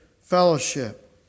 fellowship